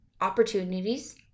opportunities